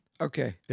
Okay